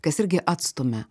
kas irgi atstumia